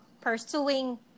pursuing